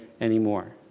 anymore